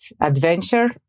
adventure